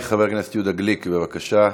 חבר הכנסת יהודה גליק, בבקשה.